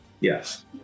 Yes